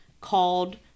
called